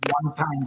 one-time